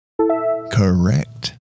Correct